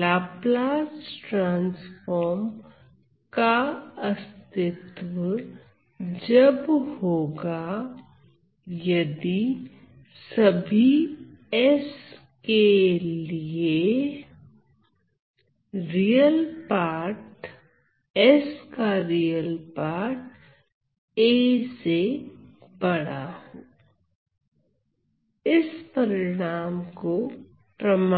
Laplace transform का अस्तित्व जब होगा यदि सभी s के लिए Re a